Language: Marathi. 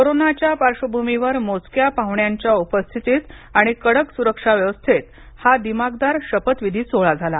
कोरोनाच्या पार्श्वभूमीवर मोजक्या पाहुण्यांच्या उपस्थितीत आणि कडक सुरक्षा व्यवस्थेत हा दिमाखदार शपथ विधी सोहोळा झाला